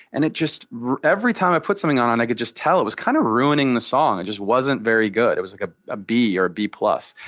and it just every time i put something on it, i could just tell it was kind of ruining the song. it just wasn't very good. it was like ah a b or a b plus.